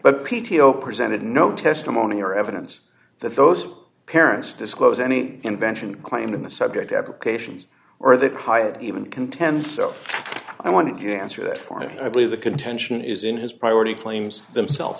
but p t o presented no testimony or evidence that those parents disclose any invention claimed in the subject applications or they hired even contend so i want to answer that for you i believe the contention is in his priority claims themsel